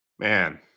Man